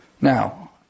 Now